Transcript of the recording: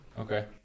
Okay